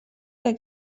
que